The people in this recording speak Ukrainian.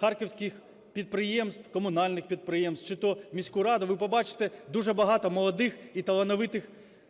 харківських підприємств, комунальних підприємств чи то в міську раду, ви побачите дуже багато молодих і талановитих хлопців